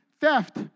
theft